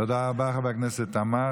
תודה רבה, חבר הכנסת עמאר.